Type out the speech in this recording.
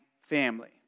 family